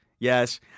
Yes